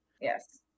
Yes